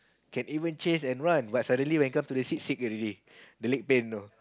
can even chase and run but suddenly when come up to the sick seat already the leg bent you know